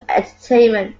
entertainment